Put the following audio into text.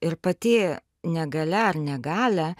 ir pati negalia ar negalia